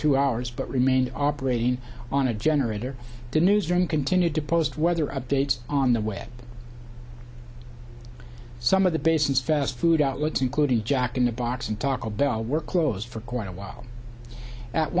two hours but remained operating on a generator did newsroom continued to post weather updates on the web some of the basins fast food outlets including jack in the box and talk a bell were closed for quite a while at